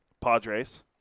Padres